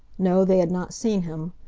no, they had not seen him.